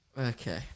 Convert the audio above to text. Okay